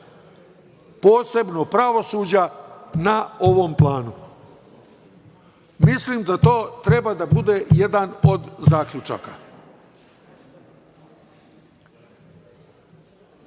posebno pravosuđa, na ovom planu. Mislim da to treba da bude jedan od zaključaka. Hteo